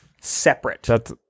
separate